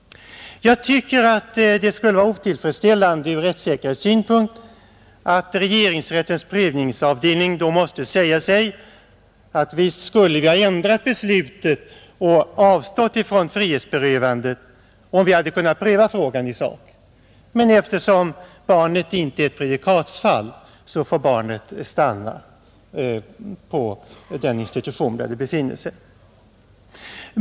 Jag tycker att det skulle vara otillfredsställande ur rättssäkerhetssynpunkt att regeringsrättens prövningsavdelning måste säga: Visst skulle vi ha ändrat beslutet och avstått från frihetsberövandet, om vi hade kunnat pröva frågan i sak, men eftersom barnet inte är ett prejudikatsfall så får det stanna på den institution där det befinner sig.